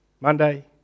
Monday